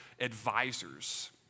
advisors